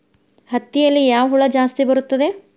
ಹತ್ತಿಯಲ್ಲಿ ಯಾವ ಹುಳ ಜಾಸ್ತಿ ಬರುತ್ತದೆ?